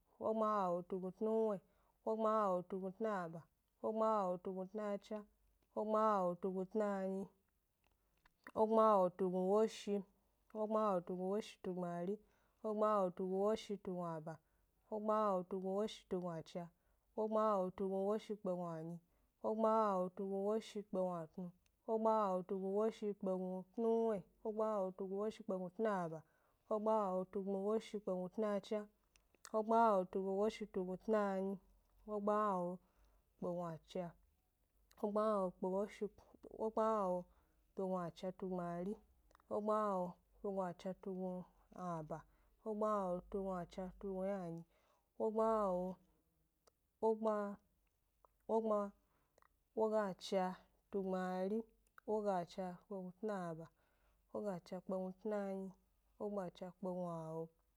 Wogbmawawo tugnutnuwye, wogbmawawo tugnutnaba, wogbmawawo tu gnutnacha, wogbmawawo tna nyi, wogbmawawo tugnu woshi, wogbmawawo tugnu woshi tu gbmari, wogbmawawo woshi tugnuaba, wogbmawawo tugnu woshi tugnuacha, wogbmawawo tugnuwoshi kpegnuanyi, wogbmawawo tu gnu woshi kpegnuatnu, wogbmawawo tu gnu woshi kpegnutnuwye, wogbmawawo tugnu woshi kpegnutnaba, wogbmawawo tugnu woshi kpegnutnacha, wogbmawawo tugnuwoshi tugnu tnanyi, wogbmawawo kpegnu acha, wogbmawawo kpegnuwoshi, wogbmawawo tugnu acha tugbmari, wogbmawawo tu gnuacha tugnuaba, wogbmawawo tugnuacha tugnuynanyi, wogbmawawo, wogbma, wogbma, wogacha tugbmari, wogacha kpe gnu tnaba, wogacha kpe gnutnanyi, wogbmaacha kpe gnuawo